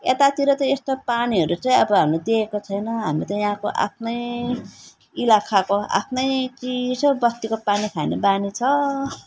यतातिर त यस्तो पानीहरू चाहिँ अब हामी देखेको छैन हाम्रो त यहाँको आफ्नै इलाखाको आफ्नै चिसो बस्तीको पानी खाने बानी छ